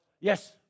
yes